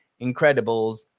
Incredibles